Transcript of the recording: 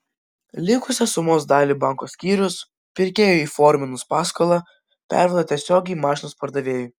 likusią sumos dalį banko skyrius pirkėjui įforminus paskolą perveda tiesiogiai mašinos pardavėjui